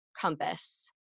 compass